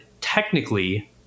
technically